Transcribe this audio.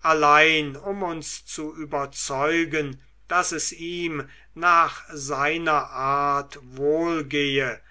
allein um uns zu überzeugen daß es ihm nach seiner art